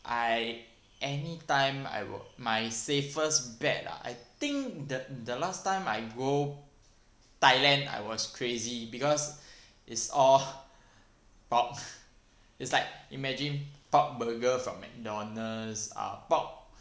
I anytime I will my safest bet ah I think the the last time I go thailand I was crazy because it's all pork is like imagine pork burger from McDonald uh pork